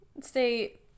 Stay